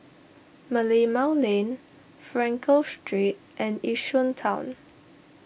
Merlimau Lane Frankel Street and Yishun Town